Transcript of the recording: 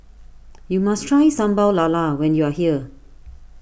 you must try Sambal Lala when you are here